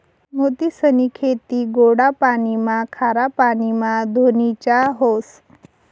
मोतीसनी खेती गोडा पाणीमा, खारा पाणीमा धोनीच्या व्हस